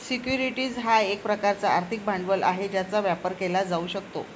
securities हा एक प्रकारचा आर्थिक भांडवल आहे ज्याचा व्यापार केला जाऊ शकतो